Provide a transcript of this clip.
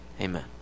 Amen